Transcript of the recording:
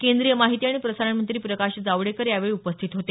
केंद्रीय माहिती आणि प्रसारण मंत्री प्रकाश जावडेकर यावेळी उपस्थित होते